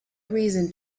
reason